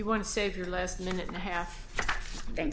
want to save your last minute and a half